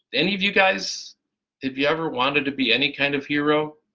any of you guys if you ever wanted to be any kind of hero?